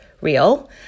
real